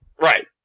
Right